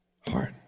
heart